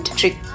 trick